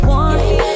one